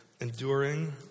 enduring